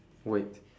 wait